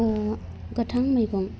उम गोथां मैगं